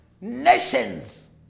Nations